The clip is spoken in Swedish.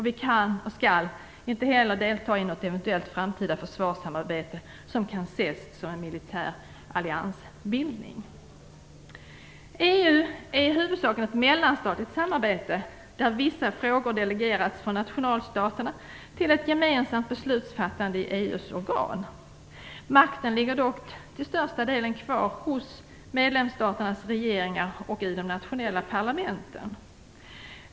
Vi kan inte, och skall inte heller, delta i något eventuellt framtida försvarssamarbete som kan ses som en militär alliansbildning. EU är i huvudsak ett mellanstatligt samarbete där vissa frågor delegerats från nationalstaterna till ett gemensamt beslutsfattande i EU:s organ. Makten ligger dock till största delen kvar hos medlemsstaternas regeringar och de nationella parlamenten.